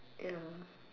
ya